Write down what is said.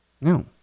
No